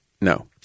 No